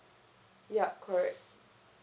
yup correct